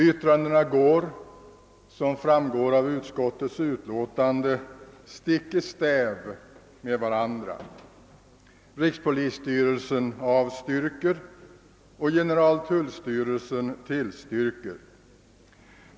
Yttrandena går, som framgår av utskottsutlåtandet, stick i stäv mot varandra; rikspolisstyrelsen avstyrker och generaltullstyrelsen = tillstyrker = förslaget.